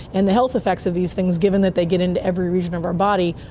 and the health effects of these things, given that they get into every region of our body,